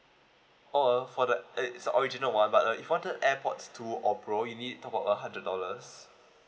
oh for the uh it's a original one but uh if want the airpods two or pro you need to top up a hundred dollars